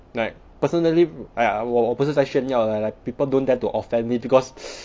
like personally !aiya! 我我不是在炫耀 like like people don't dare to offend me because